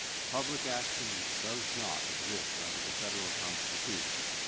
a public action, which does not exist under the federal constitution,